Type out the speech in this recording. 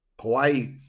Hawaii